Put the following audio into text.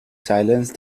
silenced